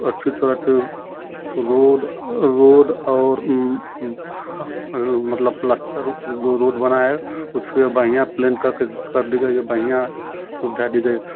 अच्छी तरह से रोड रोड और मतलब प्लास्टर जो रोड बना है उसपे बढ़िया प्लेन कर के दी गई है बढ़िया सुविधा दी गई है